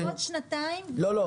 זאת אומרת שעוד שנתיים לא יהיה --- לא,